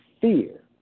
fear